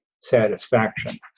satisfaction